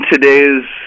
today's